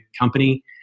company